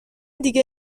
دیگه